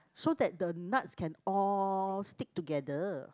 so that the nuts can all stick together